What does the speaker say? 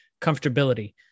comfortability